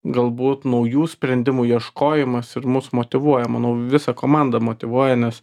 galbūt naujų sprendimų ieškojimas ir mus motyvuoja manau visą komandą motyvuoja nes